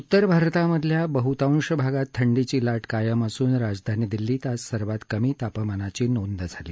उत्तर भारतामधल्या बहुतांश भागात थंडीची लाट कायम असून राजधानी दिल्लीत आज सर्वात कमी तापमानाची नोंद झाली